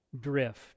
drift